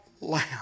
lamb